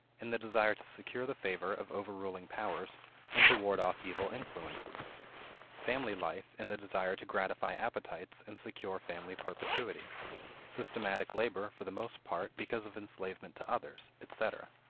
in the desire to secure the favor of overruling powers and to ward off evil influences family life in the desire to gratify appetites and secure family perpetuity systematic labor, for the most part, because of enslavement to others, etc.